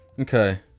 Okay